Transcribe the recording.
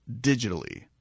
digitally